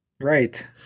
Right